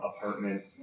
apartment